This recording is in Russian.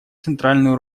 центральную